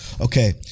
okay